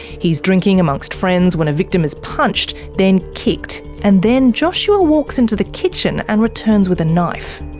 he's drinking among so friends when a victim is punched, then kicked, and then joshua walks into the kitchen and returns with a knife.